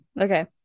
okay